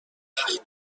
وقت